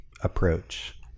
approach